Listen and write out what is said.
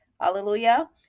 Hallelujah